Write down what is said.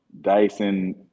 Dyson